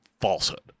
falsehood